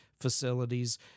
facilities